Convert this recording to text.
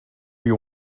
you